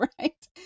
right